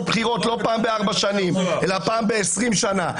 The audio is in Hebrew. בחירות לא פעם בארבע שנים אלא פעם בעשרים שנה?